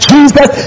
Jesus